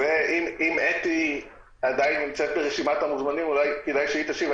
אם אתי עדיין נמצאת ברשימת המוזמנים אולי כדאי שהיא תשיב.